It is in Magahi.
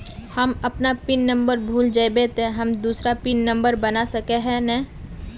हम अपन पिन नंबर भूल जयबे ते हम दूसरा पिन नंबर बना सके है नय?